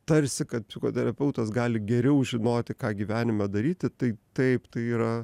tarsi kad psichoterapeutas gali geriau žinoti ką gyvenime daryti tai taip tai yra